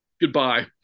Goodbye